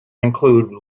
include